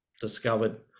discovered